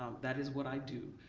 that is what i do.